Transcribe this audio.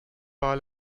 bar